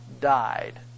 died